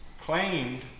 claimed